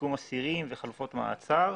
שיקום אסירים וחלופות מאסר.